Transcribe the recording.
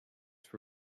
for